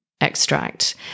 extract